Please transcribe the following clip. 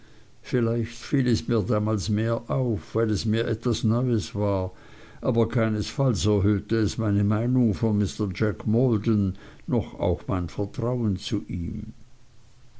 vielleicht fiel es mir damals mehr auf weil es mir etwas neues war aber keinesfalls erhöhte es meine meinung von mr jack maldon noch auch mein vertrauen zu ihm